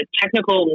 technical